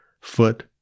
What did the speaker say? foot